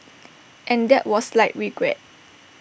and that was like regret